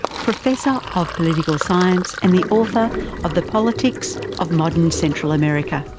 professor of political science and the author of the politics of modern central america.